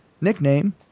nickname